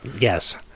yes